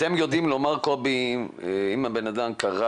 קובי האם אתם יודעים לומר אם הבנאדם קרא